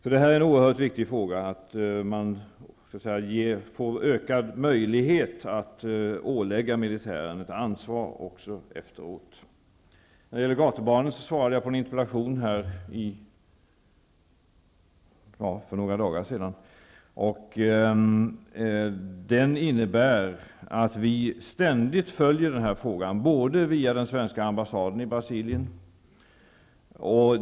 Det är oerhört viktigt att få ökad möjlighet att ålägga militären ett ansvar också efteråt. När det gäller gatubarnen svarade jag på en interpellation för några dagar sedan. Vi följer ständigt den här utvecklingen. Det sker bl.a. genom den svenska ambassaden i Brasilien.